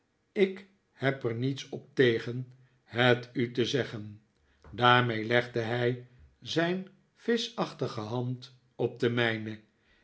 ik heb er niets op tegen het u te zeggen daarmee legde hij zijn vischachtige hand op